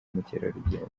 mukerarugendo